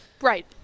Right